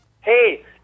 Hey